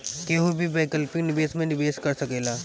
केहू भी वैकल्पिक निवेश में निवेश कर सकेला